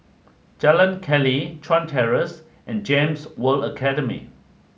Jalan Keli Chuan Terrace and GEMS World Academy